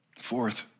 Fourth